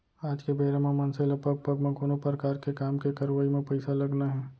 आज के बेरा म मनसे ल पग पग म कोनो परकार के काम के करवई म पइसा लगना हे